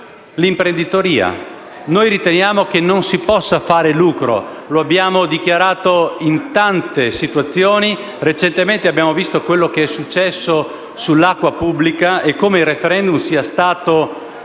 l'imprenditoria. Noi riteniamo che non si possa fare lucro. Lo abbiamo dichiarato in tante situazioni e, recentemente, abbiamo visto quanto è successo sull'acqua pubblica e come il *referendum* sia stato